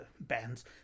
bands